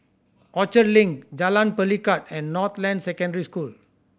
Orchard Link Jalan Pelikat and Northland Secondary School